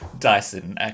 Dyson